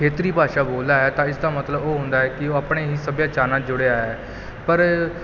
ਖੇਤਰੀ ਭਾਸ਼ਾ ਬੋਲਦਾ ਹੈ ਤਾਂ ਇਸਦਾ ਮਤਲਬ ਉਹ ਹੁੰਦਾ ਹੈ ਕਿ ਉਹ ਆਪਣੇ ਹੀ ਸੱਭਿਆਚਾਰ ਨਾਲ ਜੁੜਿਆ ਹੈ ਪਰ